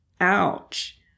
ouch